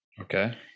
Okay